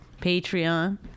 Patreon